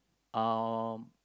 um